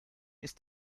ist